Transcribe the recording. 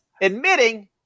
admitting